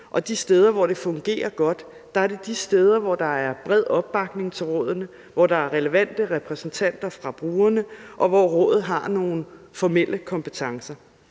og de steder, hvor det fungerer godt, er der, hvor der er bred opbakning til rådene, hvor der er relevante repræsentanter for brugerne, og hvor rådet har nogle formelle kompetencer.